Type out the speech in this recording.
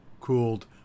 cooled